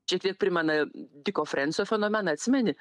šiek tiek primena diko frensio fenomeną atsimeni